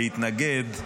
להתנגד,